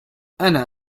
أنا